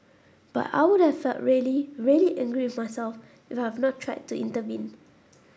but I would have felt really really angry with myself if I had not tried to intervene